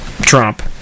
Trump